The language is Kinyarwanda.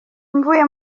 mvuye